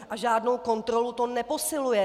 A žádnou kontrolu to neposiluje.